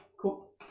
cool